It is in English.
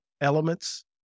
elements